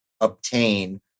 obtain